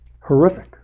horrific